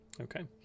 okay